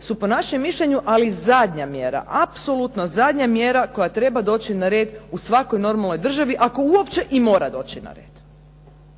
su po našem mišljenju, ali zadnja mjera, apsolutno zadnja mjera koja treba doći na red u svakoj normalnoj državi, ako uopće i mora doći na red.